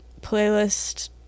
playlist